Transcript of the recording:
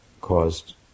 caused